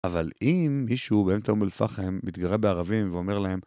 אבל אם מישהו באמצע אום אל פחם מתגרה בערבים ואומר להם...